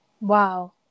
Wow